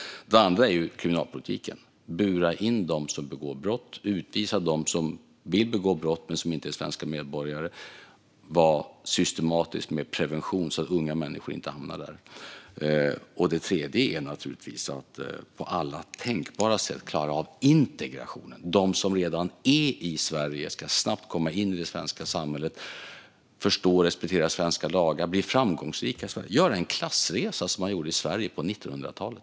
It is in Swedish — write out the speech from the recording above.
Det andra är kriminalpolitiken. Bura in dem som begår brott. Utvisa dem som vill begå brott men som inte är svenska medborgare. Var systematisk med prevention så att unga människor inte hamnar där. Det tredje är naturligtvis att på alla tänkbara sätt klara av integrationen. De som redan är i Sverige ska snabbt komma in i det svenska samhället, förstå och respektera svenska lagar och bli framgångsrika i Sverige. De ska göra en klassresa som man gjorde i Sverige på 1900-talet.